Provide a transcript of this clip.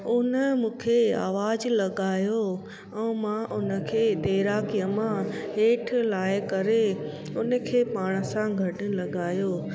उन मुखे आवाज लगायो अऊं मां उन खे तैराकीअ मां हेठि लाहे करे उन खे पाण सां गॾु लॻायो